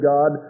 God